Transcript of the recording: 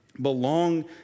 belong